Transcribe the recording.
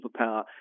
superpower